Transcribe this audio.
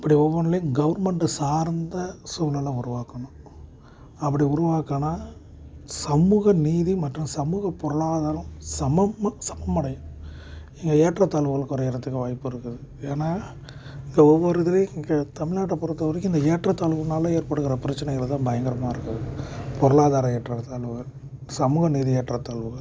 இப்படி ஒவ்வொன்றுலையும் கவர்மெண்டை சார்ந்த சூழ்நில உருவாக்கணும் அப்படி உருவாக்கினா சமூக நீதி மற்றும் சமூக பொருளாதாரம் சமம் மு சமம் அடையும் ஏ ஏற்றத்தாழ்வுகள் குறையிறதுக்கு வாய்ப்பு இருக்குது ஏன்னால் இங்கே ஒவ்வொரு இதுலேயும் இங்கே தமிழ்நாட்ட பொறுத்த வரைக்கும் இந்த ஏற்றத்தாழ்வுனால ஏற்படுகிற பிரச்சனைகளை தான் பயங்கரமாக இருக்கும் பொருளாதார ஏற்றத்தாழ்வுகள் சமூகநீதி ஏற்றத்தாழ்வுகள்